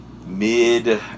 Mid